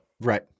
Right